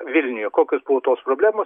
vilniuje kokios buvo tos problemos